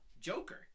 Joker